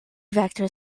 vector